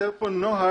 חסר פה נוהל